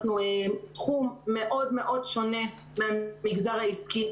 אנחנו תחום מאוד מאוד שונה מהמגזר העסקי,